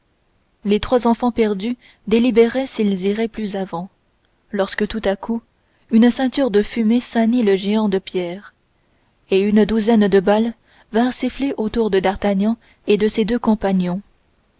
les trois enfants perdus délibéraient s'ils iraient plus avant lorsque tout à coup une ceinture de fumée ceignit le géant de pierre et une douzaine de balles vinrent siffler autour de d'artagnan et de ses deux compagnons